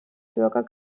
bürger